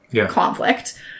conflict